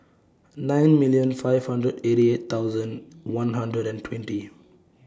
nine million five hundred eighty eight thousand one hundred and twenty